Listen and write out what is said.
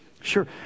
Sure